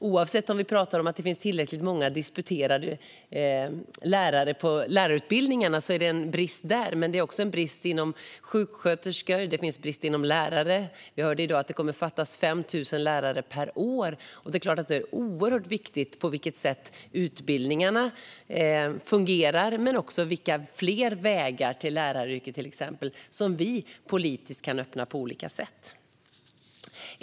Oavsett om vi talar om att det finns tillräckligt många disputerade lärare på lärarutbildningarna är det en brist där. Men det är också en brist inom utbildningen för sjuksköterskor och för lärare. Vi hörde i dag att det kommer att fattas 5 000 lärare per år. Det är klart att det är oerhört viktigt på vilket sätt utbildningarna fungerar. Men det handlar också om vilka fler vägar till exempel till läraryrket som vi politiskt kan öppna på olika sätt.